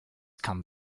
come